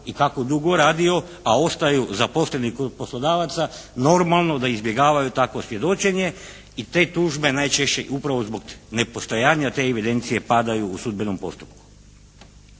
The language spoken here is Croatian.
i kako dugo radio, a ostaju zaposleni kod poslodavaca normalno da izbjegavaju takvo svjedočenje i te tužbe najčešće upravo zbog nepostojanja te evidencije padaju u sudbenom postupku.